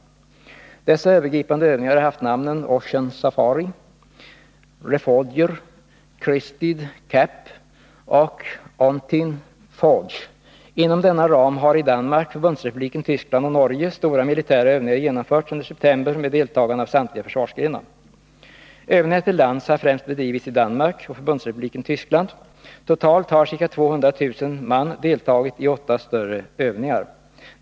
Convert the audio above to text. Dessa övergripande övningar har haft namnen OCEAN SAFARI, REFOR GER, CRESTED CAP och AUTUMN FORGE. Inom denna ram har i Danmark, Förbundsrepubliken Tyskland och Norge stora militära övningar genomförts under september med deltagande av samtliga försvarsgrenar. Övningarna till lands har främst bedrivits i Danmark och Förbundsrepub = Nr 26 liken Tyskland. Totalt har ca 200 000 man deltagit i åtta större övningar.